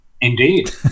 Indeed